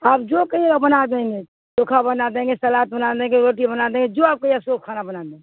آپ جو کہیے بنا دیں گے چوکھا بنا دیں گے سلاد بنا دیں گے روٹی بنا دیں گے جو آپ کہیے سو کھانا بنا دیں گے